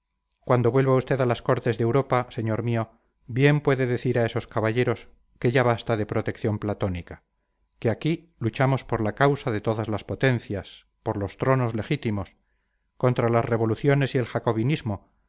cuando vuelva usted a las cortes de europa señor mío bien puede decir a esos caballeros que ya basta de protección platónica que aquí luchamos por la causa de todas las potencias por los tronos legítimos contra las revoluciones y el jacobinismo